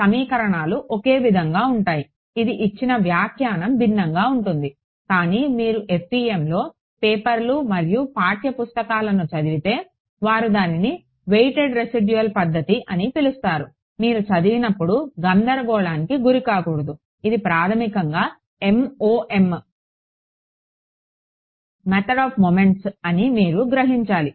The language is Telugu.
సమీకరణాలు ఒకే విధంగా ఉంటాయి ఇది ఇచ్చిన వ్యాఖ్యానం భిన్నంగా ఉంటుంది కానీ మీరు FEMలో పేపర్లు మరియు పాఠ్య పుస్తకాలను చదివితే వారు దానిని వెయిటెడ్ రెసిడ్యుల్ పద్ధతి అని పిలుస్తారు మీరు చదివినప్పుడు గందరగోళానికి గురికాకూడదు ఇది ప్రాథమికంగా MOM మెథడ్ ఆఫ్ మూమెంట్స్ అని మీరు గ్రహించాలి